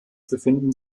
befinden